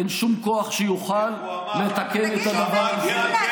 אין שום כוח שיוכל לתקן את הדבר הזה,